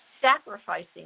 sacrificing